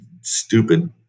stupid